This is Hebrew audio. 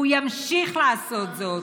והוא ימשיך לעשות זאת,